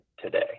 today